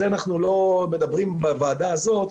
אנחנו לא מדברים על כך בוועדה הזאת,